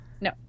no